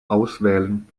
auswählen